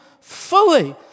fully